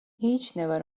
მიიჩნევა